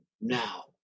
now